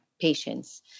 patients